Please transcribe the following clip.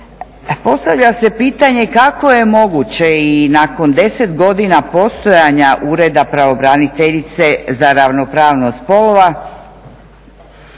Postavlja se pitanje kako je moguće i nakon 10 godina postojanja Ureda pravobraniteljice za ravnopravnost spolova